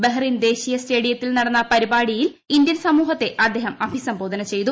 Bahrain ദേശീയ സ്റ്റേഡിയത്തിൽ നടന്ന പരിപാടിയിൽ ഇന്ത്യൻ സമൂഹത്തെ അ്ദ്ദേഹം അഭിസംബോധന ചെയ്തു